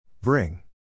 Bring